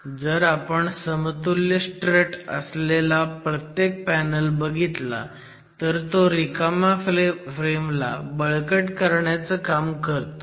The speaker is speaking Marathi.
जर आपण समतुल्य स्ट्रट असलेला प्रत्येक पॅनल बघितला तर तो रिकाम्या फ्रेम ला बळकट करायचं काम करतो